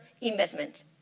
investment